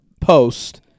post